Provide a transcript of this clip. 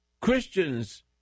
Christians